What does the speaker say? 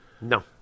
No